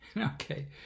Okay